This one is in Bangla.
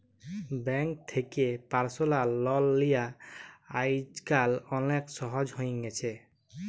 ব্যাংক থ্যাকে পার্সলাল লল লিয়া আইজকাল অলেক সহজ হ্যঁয়ে গেছে